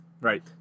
Right